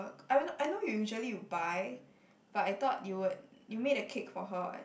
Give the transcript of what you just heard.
I know you usually wil buy but I thought you would you made a cake for her [what]